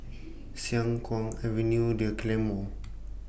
Siang Kuang Avenue The Claymore